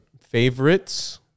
Favorites